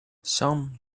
some